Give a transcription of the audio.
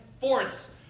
fourths